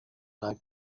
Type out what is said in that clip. night